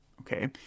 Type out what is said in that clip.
Okay